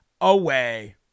away